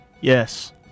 Yes